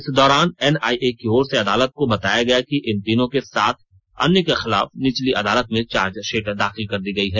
इस दौरान एनआईए की ओर से अदालत को बताया गया कि इन तीनों के साथ अन्य के खिलाफ निचली अदालत में चार्जशीट दाखिल कर दी गई है